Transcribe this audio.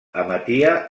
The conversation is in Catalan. emetia